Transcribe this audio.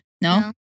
No